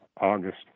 August